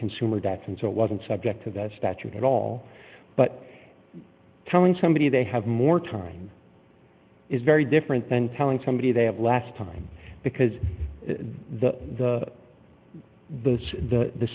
consumer data center wasn't subject to that statute at all but telling somebody they have more time is very different than telling somebody they have last time because the the those the the